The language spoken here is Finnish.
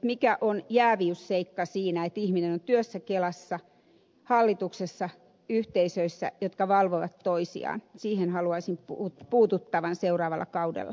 mikä on jääviysseikka siinä että ihminen on työssä kelassa hallituksessa yhteisöissä jotka valvovat toisiaan siihen haluaisin puututtavan seuraavalla kaudella